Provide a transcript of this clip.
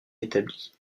établi